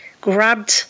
grabbed